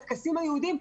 הטקסים היהודיים,